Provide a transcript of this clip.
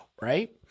right